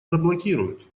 заблокируют